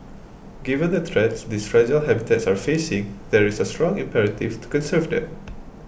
given the threats these fragile habitats are facing there is a strong imperative to conserve them